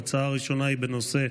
ההצעה הראשונה היא בנושא: